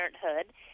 parenthood